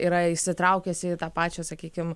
yra įsitraukęs į tą pačią sakykim